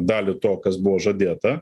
dalį to kas buvo žadėta